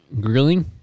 grilling